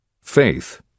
Faith